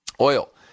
Oil